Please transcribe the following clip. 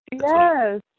Yes